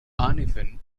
uneven